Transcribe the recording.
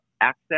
access